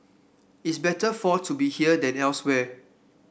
it's better for to be here than elsewhere